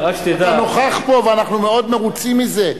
אתה נוכח פה ואנחנו מאוד מרוצים מזה,